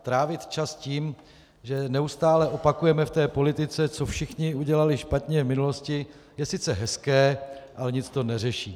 Trávit čas tím, že neustále opakujeme v té politice, co všichni udělali špatně v minulosti, je sice hezké, ale nic to neřeší.